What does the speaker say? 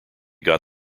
got